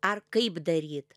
ar kaip daryt